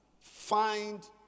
find